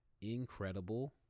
incredible